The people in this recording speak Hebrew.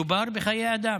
מדובר בחיי אדם.